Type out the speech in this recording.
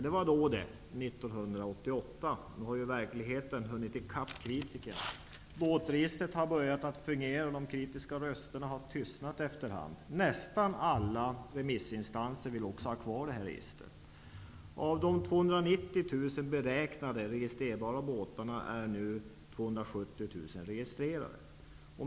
Det var då det, dvs. 1988. Nu har verkligheten hunnit i kapp kritikerna. Båtregistret har börjat fungera, och de kritiska rösterna har efter hand tystnat. Nästan alla remissinstanser vill ha kvar registret. Av de 290 000 beräknade registrerbara båtarna är nu 270 000 registrerade.